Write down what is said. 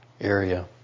area